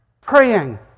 praying